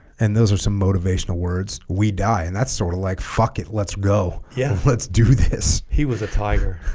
and those are some motivational words we die and that's sort of like fuck it let's go yeah let's do this he was a tiger